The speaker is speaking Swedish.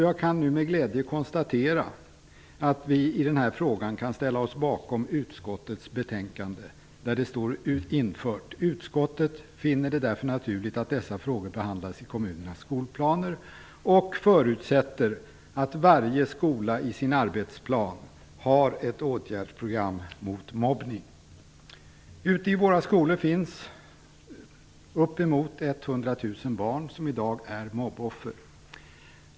Jag kan nu med glädje konstatera att vi i denna fråga kan ställa oss bakom utskottets betänkande där det står skrivet: "Utskottet finner det därför naturligt att dessa frågor behandlas i kommunernas skolplaner och förutsätter att varje skola i sin arbetsplan har ett åtgärdsprogram mot mobbning." Ute i våra skolor finns upp emot 100 000 barn som i dag är mobboffer.